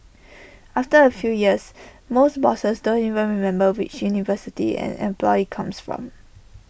after A few years most bosses don't even remember which university an employee comes from